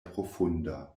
profunda